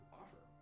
offer